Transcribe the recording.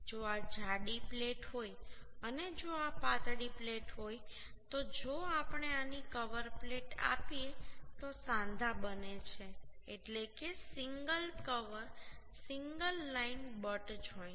જો આ જાડી પ્લેટ હોય અને જો આ પાતળી પ્લેટ હોય તો જો આપણે આની કવર પ્લેટ આપીએ તો સાંધા બને છે એટલે કે single cover single line butt joint